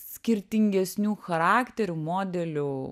skirtingesnių charakterių modelių